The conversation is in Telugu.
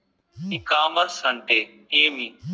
ఇ కామర్స్ అంటే ఏమి?